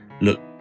look